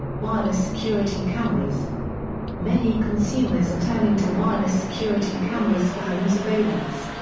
wireless security cameras many consumers are turning to wireless security cameras for home surveillance.